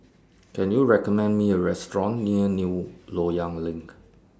Can YOU recommend Me A Restaurant near New Loyang LINK